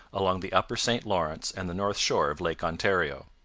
along the upper st lawrence and the north shore of lake ontario.